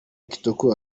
kitoko